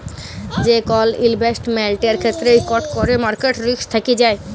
যে কল ইলভেসেটমেল্টের ক্ষেত্রে ইকট ক্যরে মার্কেট রিস্ক থ্যাকে যায়